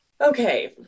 okay